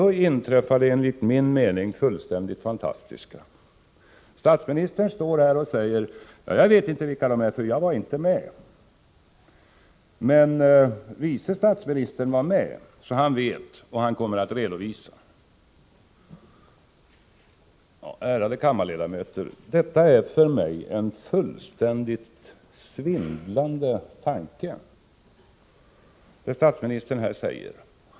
Då inträffar det enligt min mening fullständigt fantastiska att statsministern säger: Jag vet inte vilka de är, för jag var inte med, men vice statsministern var med, så han vet och kommer att redovisa. Ärade kammarledamöter! Det som statsministern säger är för mig en fullständigt svindlande tanke.